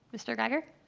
mr. geiger?